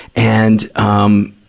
and, um,